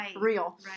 real